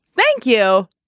thank you.